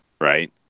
Right